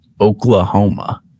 Oklahoma